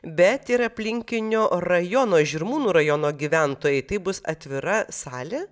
bet ir aplinkinio rajono žirmūnų rajono gyventojai tai bus atvira salė